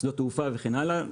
שדות תעופה וכן הלאה.